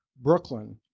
Brooklyn